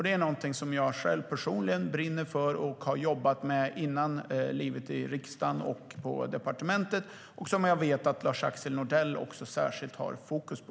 Det är någonting som jag själv personligen brinner för och har jobbat med innan livet i riksdagen och på departementet och som jag vet att också Lars-Axel Nordell särskilt har fokus på.